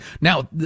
Now